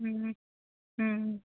ம் ம்